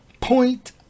point